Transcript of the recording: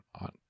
on